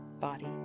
body